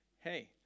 Hey